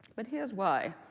but here's why